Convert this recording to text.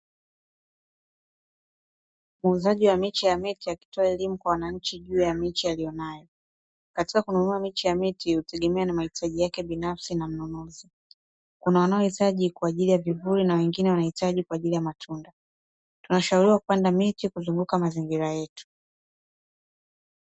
Muuzaji wa miche ya miti akitoa elimu kwa wananchi juu ya miche aliyonayo. Katika kununua miche ya miti hutegemea na mahitaji yake binafsi na mnunuzi. Kuna wanaohitaji kwa ajili ya vivuli na wengine wanahitaji kwa ajili ya matunda. Tunashauriwa kupanda miti kuzunguka mazingira yetu.